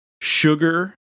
Sugar